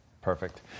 Perfect